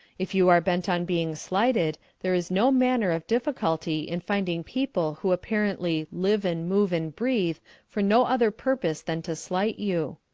if you are bent on being slighted there is no manner of difficulty in finding people who apparently live and move and breathe for no other purpose than to slight you.